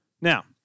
Now